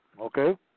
Okay